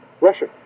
Russia